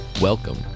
Welcome